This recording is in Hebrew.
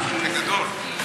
זה גדול.